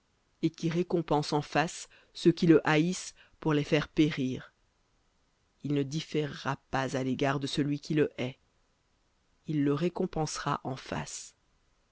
et qui récompense en face ceux qui le haïssent pour les faire périr il ne différera pas à l'égard de celui qui le hait il le récompensera en face